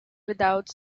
without